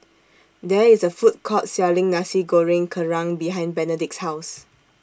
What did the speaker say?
There IS A Food Court Selling Nasi Goreng Kerang behind Benedict's House